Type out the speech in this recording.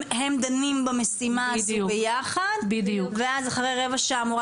הם דנים במשימה הזאת ביחד ואז אחרי רבע שעה המורה